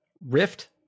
rift